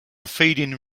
feeding